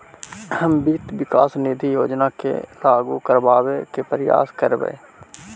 हम वित्त विकास निधि योजना के लागू करबाबे के प्रयास करबई